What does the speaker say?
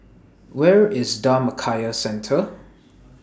Where IS Dhammakaya Centre